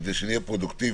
כדי שנהיה פרודוקטיביים,